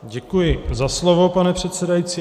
Děkuji za slovo, pane předsedající.